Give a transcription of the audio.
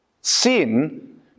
Sin